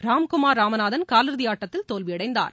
ராம்குமார் ராமநாதன் காலிறுதி ஆட்டத்தில் தோல்வியடைந்தார்